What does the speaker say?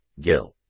gil